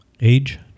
age